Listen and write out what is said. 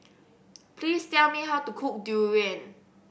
please tell me how to cook durian